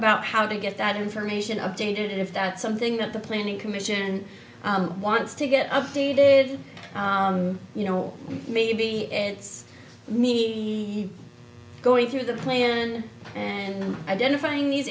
about how to get that information updated if that's something that the planning commission wants to get up to did you know maybe it's me we going through the plan and identifying these